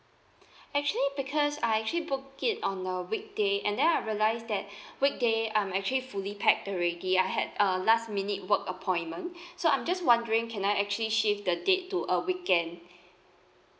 actually because I actually booked it on a weekday and then I realise that weekday I'm actually fully packed already I had a last minute work appointment so I'm just wondering can I actually shift the date to a weekend